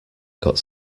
got